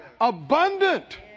abundant